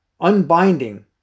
unbinding